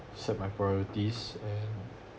set my priorities and